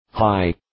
Hi